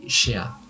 share